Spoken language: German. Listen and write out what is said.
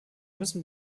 müssen